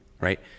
Right